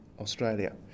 Australia